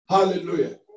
Hallelujah